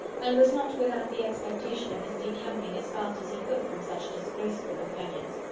and was not without the expectation of his decamping as fast as he could from such disgraceful companions.